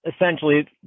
essentially